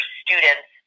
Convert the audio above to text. students